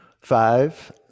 five